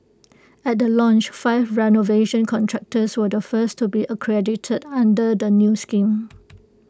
at the launch five renovation contractors were the first to be accredited under the new scheme